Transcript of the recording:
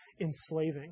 enslaving